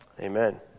Amen